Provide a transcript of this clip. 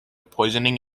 poisoning